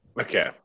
Okay